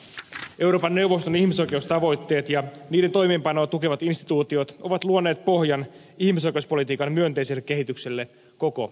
euroopan neuvoston ihmisoikeustavoitteet ja niiden toimeenpanoa tukevat instituutiot ovat luoneet pohjan ihmisoikeuspolitiikan myönteiselle kehitykselle koko euroopassa